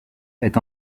est